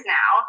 now